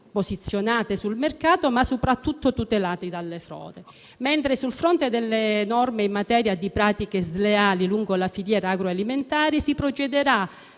posizionate sul mercato, ma soprattutto tutelate dalle frodi, mentre sul fronte delle norme in materia di pratiche sleali lungo la filiera agroalimentare si procederà